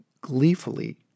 gleefully